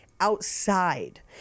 outside